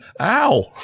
Ow